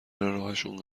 راهشون